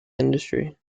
industry